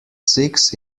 six